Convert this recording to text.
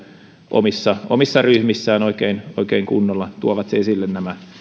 omissa omissa ryhmissään oikein oikein kunnolla tuovat esille nämä